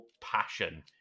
passion